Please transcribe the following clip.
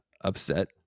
upset